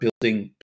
building